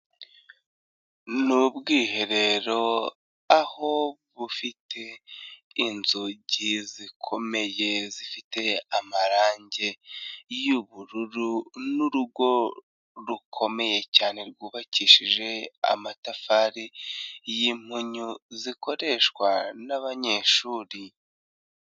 Ni ubwiherero aho bufite inzugi zikomeye zifite amarangi y'ubururu n'urugo rukomeye cyane rwubakishije amatafari y'impunyu zikoreshwa n'abanyeshuri.